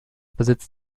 besitzt